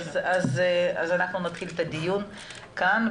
אז אנחנו נתחיל את הדיון כאן.